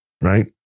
right